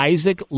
Isaac